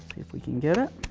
if we can get it.